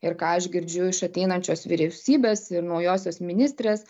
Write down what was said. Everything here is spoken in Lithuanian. ir ką aš girdžiu iš ateinančios vyriausybės ir naujosios ministrės